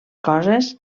coses